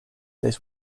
this